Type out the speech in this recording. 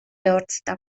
ehortzita